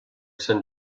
sant